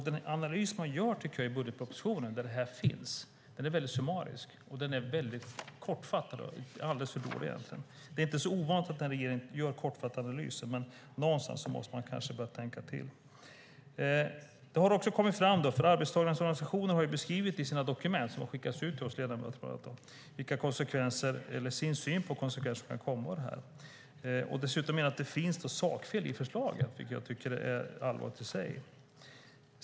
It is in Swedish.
Den analys man gör i budgetpropositionen är både summarisk och dålig. Det är inte ovanligt att en regering gör kortfattade analyser, men någon gång måste man kanske börja tänka till. Arbetstagarnas organisationer har beskrivit i sina dokument som har skickats ut till oss ledamöter sin syn på de konsekvenser som kan komma av detta. Dessutom menar de att det finns sakfel i förslaget, vilket är allvarligt.